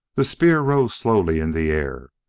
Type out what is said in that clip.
the spear rose slowly in the air.